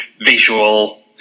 visual